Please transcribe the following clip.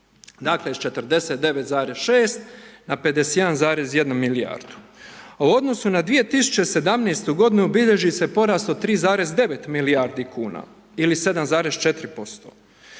dakle, s 49,6 na 51,1 milijardu. U odnosu na 2017.-tu godinu bilježi se porast od 3,9 milijardi kuna ili 7,4%.